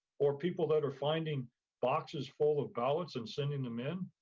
or people that are finding boxes full of ballots and sending them in.